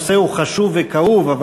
הנושא הוא חשוב וכאוב,